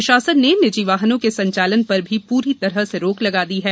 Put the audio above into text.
प्रशासन ने निजी वाहनों के संचालन पर भी पूरी तरह से रोक लगा दी है